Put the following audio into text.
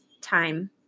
time